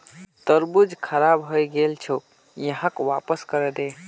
तरबूज खराब हइ गेल छोक, यहाक वापस करे दे